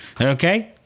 Okay